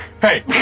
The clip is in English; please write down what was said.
Hey